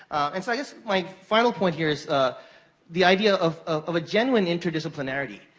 and, so, i just, my final point here, is the idea of of a genuine interdisciplinarity,